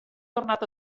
tornat